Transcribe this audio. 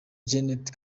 jeannette